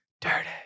Dirty